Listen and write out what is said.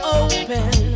open